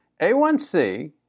A1c